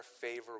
favor